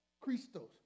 Christos